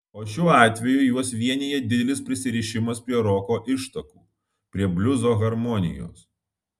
o šiuo atveju juos vienija didelis prisirišimas prie roko ištakų prie bliuzo harmonijos